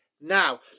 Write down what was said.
Now